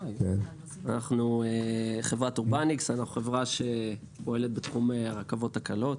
אנחנו פועלים בתחום הרכבות הקלות.